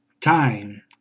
Time